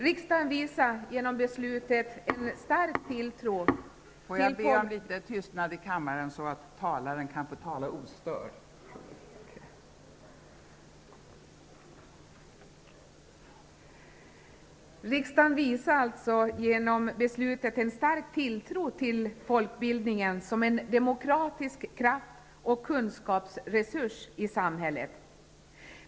Riksdagen visade genom beslutet en stark tilltro till folkbildningen som en demokratisk kraft och en kunskapsresurs i samhället.